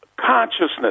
consciousness